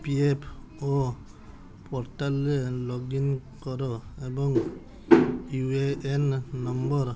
ଇ P F O ପୋର୍ଟାଲ୍ରେ login କର ଏବଂ ୟୁ ଏ ଏନ୍ ନମ୍ବର